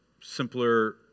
simpler